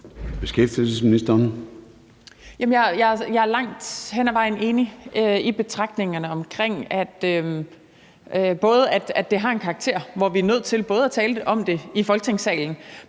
Jeg er langt hen ad vejen enig i betragtningerne om, at det har en karakter, hvor vi både er nødt til at tale om det i Folketingssalen,